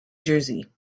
jersey